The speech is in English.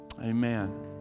Amen